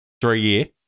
Three-year